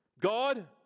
God